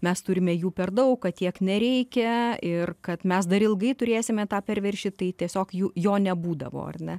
mes turime jų per daug kad tiek nereikia ir kad mes dar ilgai turėsime tą perviršį tai tiesiog jų jo nebūdavo ar ne